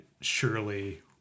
surely